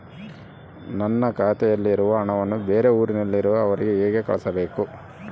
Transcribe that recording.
ನನ್ನ ಖಾತೆಯಲ್ಲಿರುವ ಹಣವನ್ನು ಬೇರೆ ಊರಿನಲ್ಲಿರುವ ಅವರಿಗೆ ಹೇಗೆ ಕಳಿಸಬೇಕು?